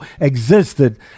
existed